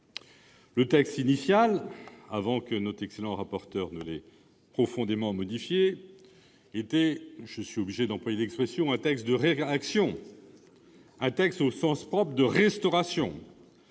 Le texte initial, avant que notre excellent rapporteur ne l'ait profondément modifié, était, je suis obligé d'employer cette expression, un texte de réaction, un texte, au sens propre, de restauration.